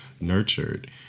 nurtured